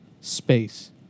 space